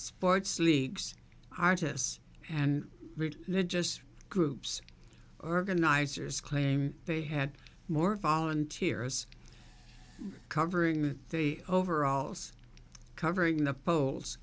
sports leagues artists and the just groups organizers claim they had more volunteers covering the overalls covering the polls